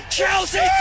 Chelsea